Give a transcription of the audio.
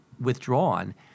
withdrawn